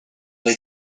they